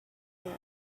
here